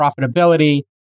profitability